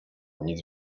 nic